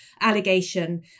allegation